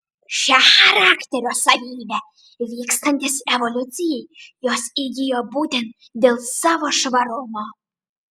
šią charakterio savybę vystantis evoliucijai jos įgijo būtent dėl savo švarumo